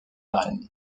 rennes